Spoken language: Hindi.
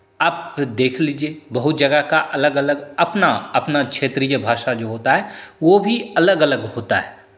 आप देख लीजिए बहुत जगह का अलग अलग अपना अपना क्षेत्रीय भाषा जो होता है वो भी अलग अलग होता है